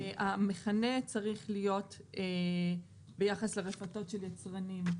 המכנה צריך להיות ביחס לרפתות של יצרנים.